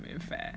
in fact